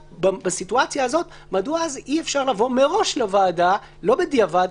בסיטואציה הזאת עולה השאלה מדוע אי-אפשר לבוא מראש לוועדה ולא בדיעבד,